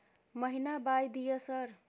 महीना बाय दिय सर?